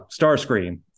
Starscream